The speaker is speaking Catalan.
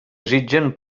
desitgen